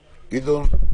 גדעון?